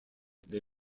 they